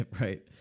right